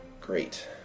Great